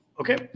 okay